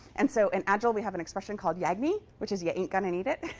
and so in agile, we have an expression called yagni, which is you ain't gonna need it.